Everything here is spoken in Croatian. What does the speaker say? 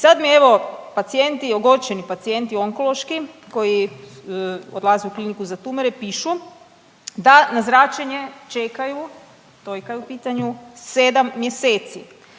I sad mi evo pacijenti, ogorčeni pacijenti onkološki koji odlaze u Kliniku za tumore pišu da na zračenje čekaju, to kad je u pitanju sedam mjeseci.